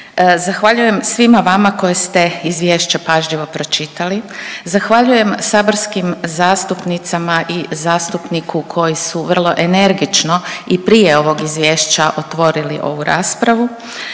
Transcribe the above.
zahvaljujem svima vama koji ste izvješće pažljivo pročitali, zahvaljujem saborskim zastupnicama i zastupniku koji su vrlo energično i prije ovog izvješća otvorili ovu raspravu.